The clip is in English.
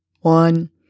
one